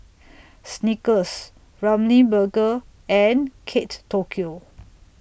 Snickers Ramly Burger and Kate Tokyo